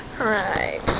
right